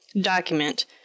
document